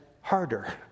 harder